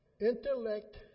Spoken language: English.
Intellect